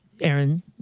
Aaron